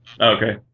Okay